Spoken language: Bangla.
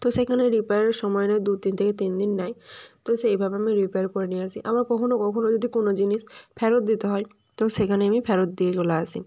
তো সেখানে রিপেয়ারের সময়ের দুদিন থেকে তিন দিন নেয় তো সেইভাবে আমি রিপেয়ার করে নিয়ে আসি আবার কখনও কখনও যদি কোনো জিনিস ফেরত দিতে হয় তো সেখানে আমি ফেরত দিয়ে চলে আসি